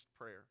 prayer